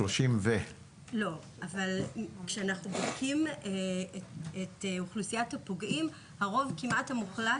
מעל 30%. כשאנחנו בודקים את אוכלוסיית הפוגעים הרוב המוחלט,